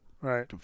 Right